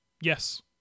Yes